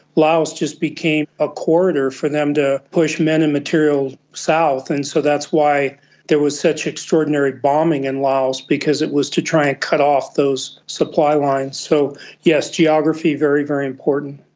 laos just became a corridor for them to push men and material south, and so that's why there was such extraordinary bombing in laos because it was to try and cut off those supply lines. so yes, geography, very, very important.